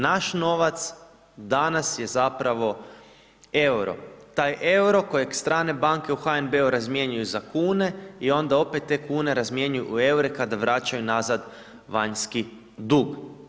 Naš novac danas je zapravo EUR-o, taj EUR-o kojeg strane banke u HNB-u razmjenjuju za kune i onda opet te kune razmjenjuju u EUR-e kada vraćaju nazad vanjski dug.